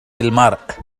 المرء